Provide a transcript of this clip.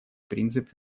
принцип